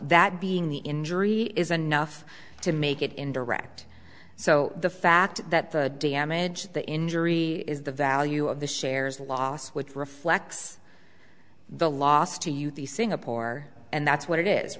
that being the injury is a nuff to make it indirect so the fact that the damage the injury is the value of the shares loss which reflects the loss to you the singapore and that's what it is